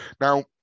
Now